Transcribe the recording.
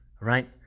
right